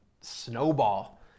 Snowball